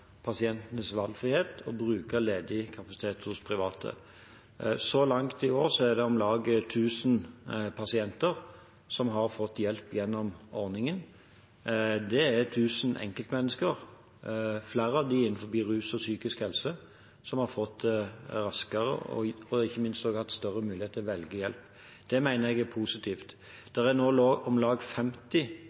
pasientenes valgfrihet og bruke ledig kapasitet hos private. Så langt i år er det om lag 1 000 pasienter som har fått hjelp gjennom ordningen. Det er 1 000 enkeltmennesker – flere av dem innen rus og psykisk helse – som har fått raskere hjelp, og som ikke minst har hatt mulighet til å velge hjelp. Det mener jeg er positivt. Det er nå om lag 50